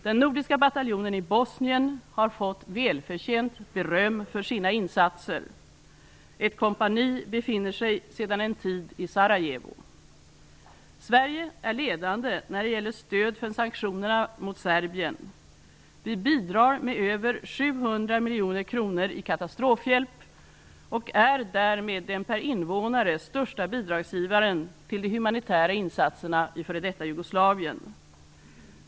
Den nordiska bataljonen i Bosnien har fått välförtjänt beröm för sina insatser. Ett kompani befinner sig sedan en tid i Sarajevo. Sverige är ledande när det gäller stöd för sanktionerna mot Serbien. Vi bidrar med över 700 miljoner kronor i katastrofhjälp och är därmed den per invånare största bidragsgivaren till de humanitära insatserna i f.d. Jugoslavien.